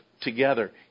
together